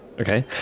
okay